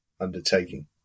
undertaking